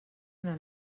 una